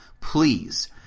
Please